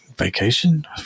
Vacation